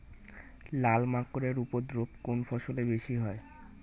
লাল মাকড় এর উপদ্রব কোন ফসলে বেশি হয়?